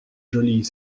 jolie